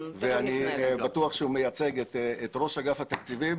ואני בטוח שהוא מייצג את ראש אגף התקציבים.